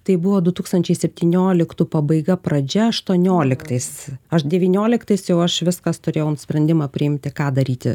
tai buvo du tūkstančiai septynioliktų pabaiga pradžia aštuonioliktais aš devynioliktais jau aš viskas turėjau sprendimą priimti ką daryti